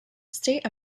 state